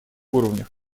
уровнях